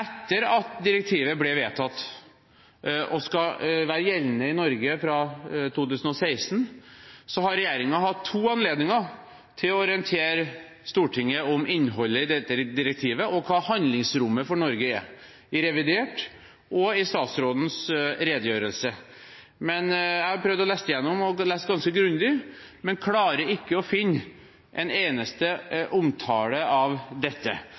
Etter at direktivet ble vedtatt – det skal være gjeldende i Norge fra 2016 – har regjeringen hatt to anledninger til å orientere Stortinget om innholdet i dette direktivet og hva handlingsrommet for Norge er: i revidert og i statsrådens redegjørelse. Jeg har ganske grundig lest igjennom disse dokumentene, men jeg klarer ikke å finne én eneste omtale av dette.